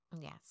Yes